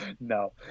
No